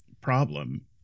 problem